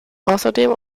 außerdem